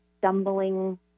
stumbling